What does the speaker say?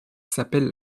s’appelle